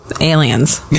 aliens